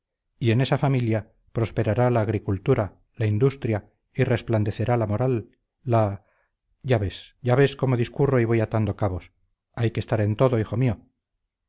y en esa familia prosperará la agricultura la industria y resplandecerá la moral la ya ves ya ves cómo discurro y voy atando cabos hay que estar en todo hijo mío